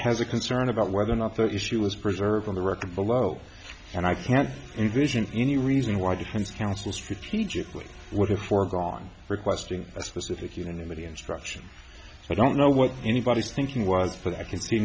has a concern about whether or not the issue was preserved on the record below and i can't envision any reason why defense counsel strategically would have foregone requesting a specific unanimity instruction so i don't know what anybody's thinking was but i can see